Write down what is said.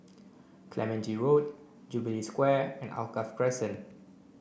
Clementi Road Jubilee Square and Alkaff Crescent